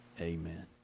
amen